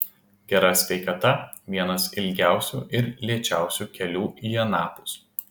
gera sveikata vienas ilgiausių ir lėčiausių kelių į anapus